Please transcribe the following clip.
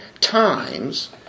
times